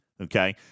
Okay